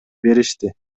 беришти